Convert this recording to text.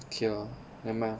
okay lor never mind